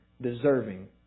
deserving